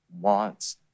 wants